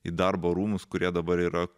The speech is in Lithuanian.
į darbo rūmus kurie dabar yra